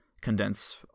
condense